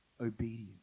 obedience